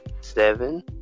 Seven